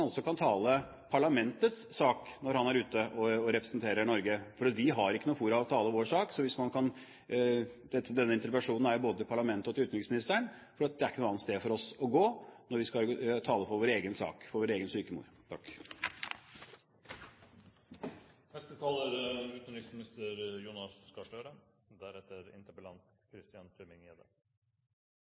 kan tale parlamentets sak når han er ute og representerer Norge, for vi har ikke noe fora der vi kan tale vår sak. Denne interpellasjonen er jo både til parlamentet og til utenriksministeren, for det er ikke noe annet sted for oss å gå når vi skal tale vår egen sak, tale for vår egen syke mor.